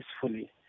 peacefully